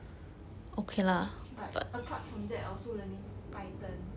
but apart from that I also learning python